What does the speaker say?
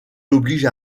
oblige